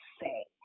say